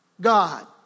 God